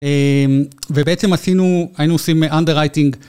ובעצם עשינו, היינו עושים underwriting